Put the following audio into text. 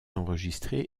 enregistrée